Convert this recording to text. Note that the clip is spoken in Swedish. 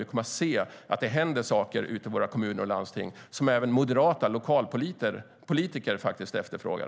Vi kommer att se att det händer saker i våra kommuner och landsting som faktiskt även moderata lokalpolitiker efterfrågar.